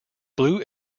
blue